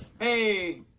Hey